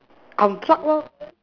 I'm proud what